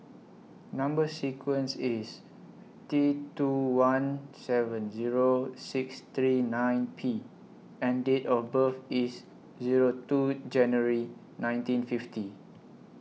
Number sequence IS T two one seven Zero six three nine P and Date of birth IS Zero two January nineteen fifty